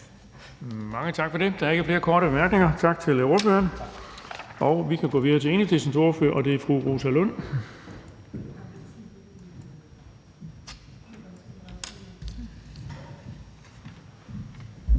Mange tak for det. Der er ikke flere korte bemærkninger. Tak til ordføreren. Og vi kan gå videre til Enhedslistens ordfører, og det er fru Rosa Lund. Kl.